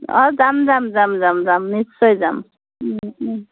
অঁ যাম যাম যাম যাম যাম নিশ্চয় যাম